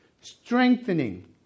strengthening